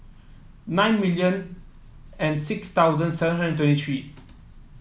nine million and six thousand seven hundred twenty three